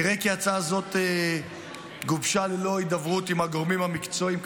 נראה כי ההצעה הזאת גובשה ללא הידברות עם הגורמים המקצועיים,